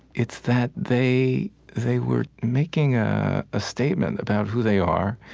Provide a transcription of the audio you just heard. it's that they they were making a ah statement about who they are,